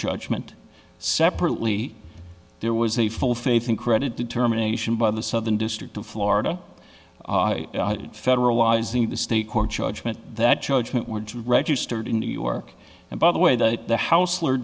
judgment separately there was a full faith and credit determination by the southern district of florida federalizing the state court judgment that judgment weren't registered in new york and by the way that the haus